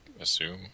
assume